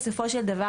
בסופו של דבר,